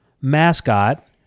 mascot